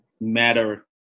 matter